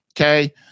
Okay